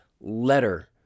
letter